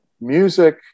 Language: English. music